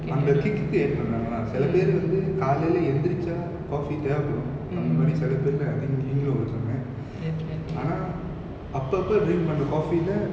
அந்த:antha thick க்கு:kku add பண்றாங்கனா செல பேர் வந்து காலையில எந்திருச்சா:panrangana sela per vanthu kalayila enthirucha coffee தேவைப்படும் அந்த மாறி செல பேர்ல:thevaippadum antha mari sela perla I think நீங்களும் ஒருத்தவங்க ஆனா அப்பப்ப:neengalum oruthavanga aana appappa drink பண்ற:panra coffee lah